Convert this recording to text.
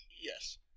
Yes